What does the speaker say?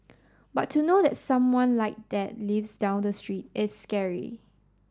but to know that someone like that lives down the street is scary